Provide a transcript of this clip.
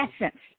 essence